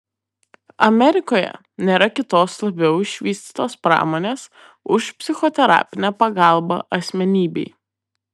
amerikoje nėra kitos labiau išvystytos pramonės už psichoterapinę pagalbą asmenybei